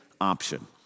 option